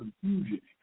confusion